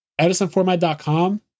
Edisonformat.com